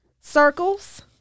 Circles